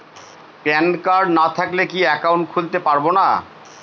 Pan card না থাকলে কি একাউন্ট খুলতে পারবো না?